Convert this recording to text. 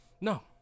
No